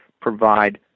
provide